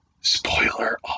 Spoiler